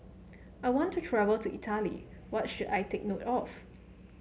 I want to travel to Italy what should I take note of